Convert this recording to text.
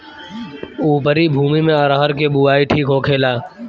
उपरी भूमी में अरहर के बुआई ठीक होखेला?